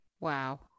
Wow